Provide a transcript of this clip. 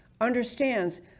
understands